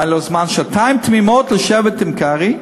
היה לו זמן, שעתיים תמימות, לשבת עם קרי,